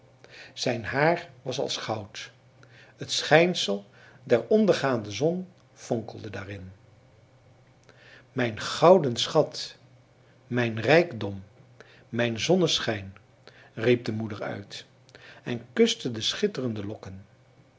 zijn haar was als goud het schijnsel der ondergaande zon fonkelde daarin mijn gouden schat mijn rijkdom mijn zonneschijn riep de moeder uit en kuste de schitterende lokken